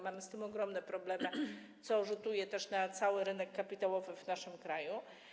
Mamy z tym ogromne problemy, co rzutuje też na cały rynek kapitałowy w naszym kraju.